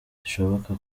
zishoboka